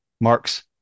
marks